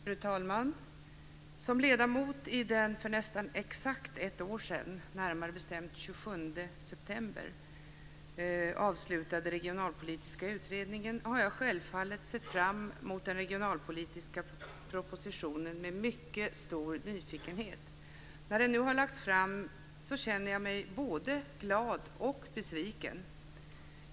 Fru talman! Som ledamot i den för nästan exakt ett år sedan, närmare bestämt den 27 september, avslutade Regionalpolitiska utredningen har jag självfallet sett fram mot den regionalpolitiska propositionen med mycket stor nyfikenhet. När den nu har lagts fram känner jag mig både glad och besviken.